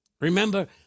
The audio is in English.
Remember